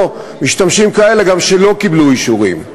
משתמשים גם כאלה שלא קיבלו אישורים.